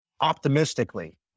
optimistically